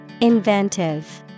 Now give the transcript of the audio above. Inventive